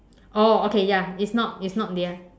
oh okay ya it's not it's not dear